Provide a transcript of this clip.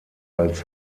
als